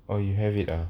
oh you have it ah